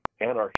anarchy